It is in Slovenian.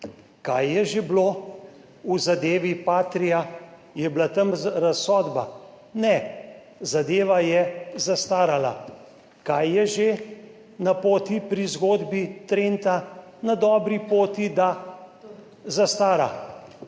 Kaj je že bilo v zadevi Patria? Je bila tam razsodba? Ne, zadeva je zastarala. Kaj je že na poti pri zgodbi Trenta? Na dobri poti je, da zastara.